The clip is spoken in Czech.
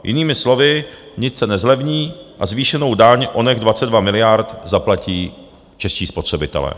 Jinými slovy, nic se nezlevní a zvýšenou daň, oněch 22 miliard, zaplatí čeští spotřebitelé.